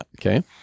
Okay